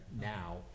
now